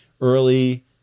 early